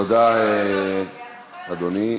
תודה, אדוני.